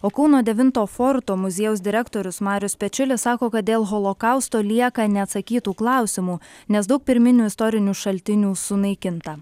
o kauno devinto forto muziejaus direktorius marius pečiulis sako kad dėl holokausto lieka neatsakytų klausimų nes daug pirminių istorinių šaltinių sunaikinta